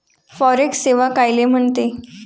Forex सेवा कायले म्हनते?